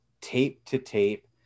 tape-to-tape